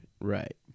Right